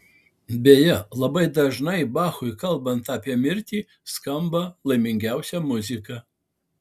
beje labai dažnai bachui kalbant apie mirtį skamba laimingiausia muzika